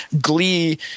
glee